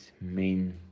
main